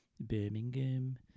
Birmingham